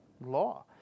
law